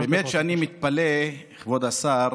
באמת אני מתפלא, כבוד השר,